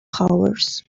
powers